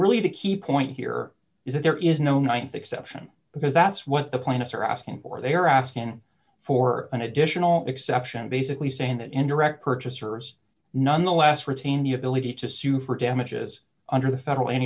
really the key point here is that there is no th exception because that's what the plaintiffs are asking for they are asking for an additional exception basically saying that indirect purchasers nonetheless retain the ability to sue for damages under the federal any